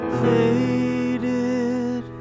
faded